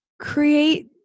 create